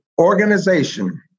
organization